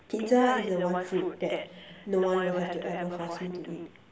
Pizza is the one food that no one will have to ever force me to eat